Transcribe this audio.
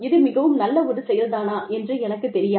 இது மிகவும் நல்ல ஒரு செயல் தானா என்று எனக்குத் தெரியாது